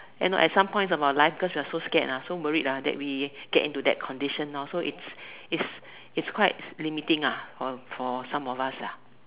ya lor at some point of our life cause we are so scared lah so worried lah that we get into that condition now so it's it's quite limiting for for some of us lah